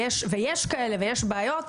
ויש כאלה ויש בעיות.